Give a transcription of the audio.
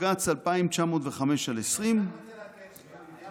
בבג"ץ 2905/20 --- אני רק רוצה לעדכן שנייה.